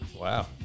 Wow